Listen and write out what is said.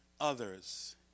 others